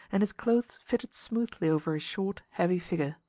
and his clothes fitted smoothly over his short heavy figure.